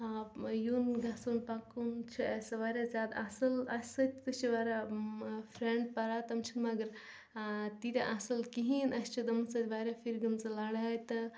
یُن گَژھُن پَکُن چھُ اَسہِ واریاہ زیادٕ اَصٕل اَسہِ سۭتۍ تہِ چھِ واریاہ فرٛٮ۪نٛڈ پَران تِم چھِنہٕ مگر تیٖتیٛاہ اَصٕل کِہیٖنۍ اَسہِ چھِ تِمَن سۭتۍ واریاہ پھیٖرِ گٔمژٕ لَڑٲے تہٕ